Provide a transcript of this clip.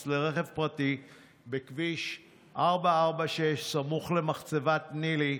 לרכב פרטי בכביש 446 סמוך למחצבת ניל"י.